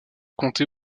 comtés